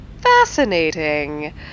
Fascinating